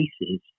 cases